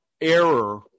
error